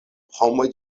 homoj